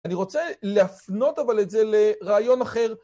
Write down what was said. אני רוצה להפנות אבל את זה לרעיון אחר.